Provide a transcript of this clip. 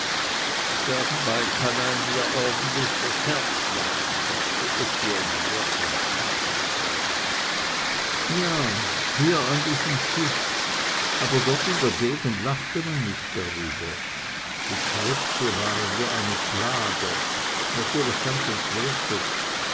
kann einem ja ordentlich das herz lachen sagte etienne der ein feinschmecker war ja hier an diesem tisch aber dort in der gegend lachte man nicht darüber die krebse waren wie eine plage natürlich ganz entwertet